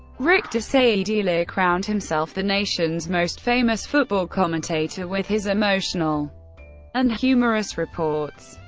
rik de saedeleer crowned himself the nation's most famous football commentator with his emotional and humorous reports.